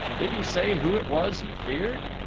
did he say who it was he feared?